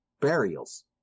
burials